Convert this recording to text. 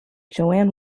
joan